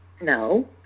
no